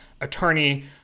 attorney